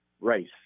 race